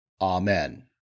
Amen